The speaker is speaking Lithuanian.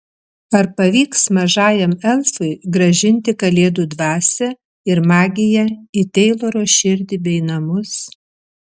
ar pavyks mažajam elfui grąžinti kalėdų dvasią ir magiją į teiloro širdį bei namus